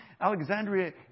Alexandria